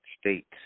states